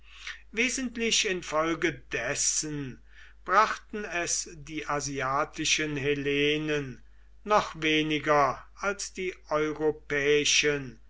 wesentlich in folge dessen brachten es die asiatischen hellenen noch weniger als die europäischen